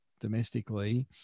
domestically